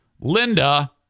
Linda